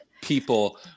people